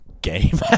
Game